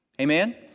Amen